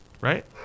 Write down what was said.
Right